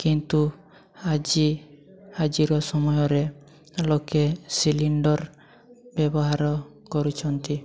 କିନ୍ତୁ ଆଜି ଆଜିର ସମୟରେ ଲୋକେ ସିଲିଣ୍ଡର୍ ବ୍ୟବହାର କରୁଛନ୍ତି